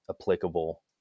applicable